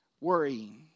worrying